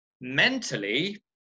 mentally